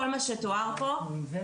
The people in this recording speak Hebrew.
כל מה שתואר פה --- מעיין,